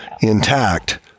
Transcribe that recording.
intact